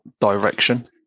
direction